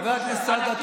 חבר הכנסת סעדה,